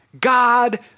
God